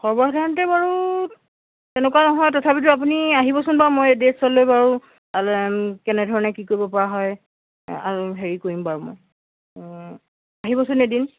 সৰ্বসাধাৰণতে বাৰু তেনেকুৱা নহয় তথাপিতো আপুনি আহিবচোন বাৰু মোৰ এড্ৰেছলৈ লৈ বাৰু কেনেধৰণে কি কৰিব পৰা হয় আৰু হেৰি কৰিম বাৰু মই আহিবচোন এদিন